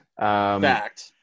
fact